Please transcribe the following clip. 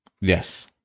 Yes